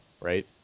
right